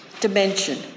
dimension